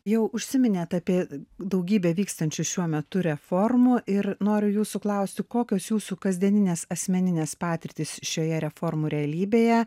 jau užsiminėt apie daugybę vykstančių šiuo metu reformų ir noriu jūsų klausti kokios jūsų kasdieninės asmeninės patirtys šioje reformų realybėje